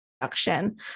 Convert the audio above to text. production